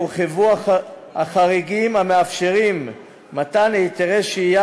הורחבו החריגים המאפשרים מתן היתרי שהייה